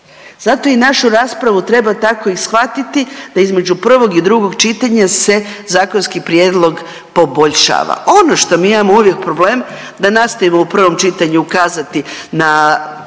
Zato i našu raspravu treba tako i shvatiti da između prvog i drugog čitanja se zakonski prijedlog poboljšava. Ono što mi imamo uvijek problem da nastojimo u prvom čitanju ukazati na